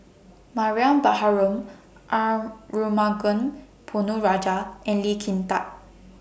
Mariam Baharom Arumugam Ponnu Rajah and Lee Kin Tat